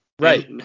Right